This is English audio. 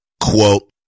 Quote